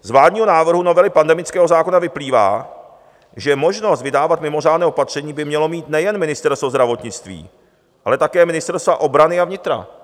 Z vládního návrhu novely pandemického zákona vyplývá, že možnost vydávat mimořádné opatření by mělo mít nejen Ministerstvo zdravotnictví, ale také ministerstva obrany a vnitra.